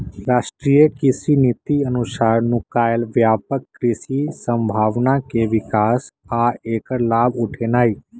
राष्ट्रीय कृषि नीति अनुसार नुकायल व्यापक कृषि संभावना के विकास आ ऐकर लाभ उठेनाई